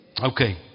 Okay